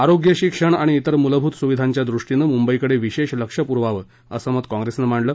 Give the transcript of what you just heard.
आरोग्य शिक्षण आणि तिर मुलभूत सुविधांच्या दृष्टीनं मुंबईकडे विशेष लक्ष पुरवावं असं मत काँप्रेसनं मांडलं